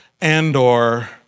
Andor